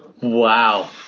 Wow